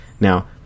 Now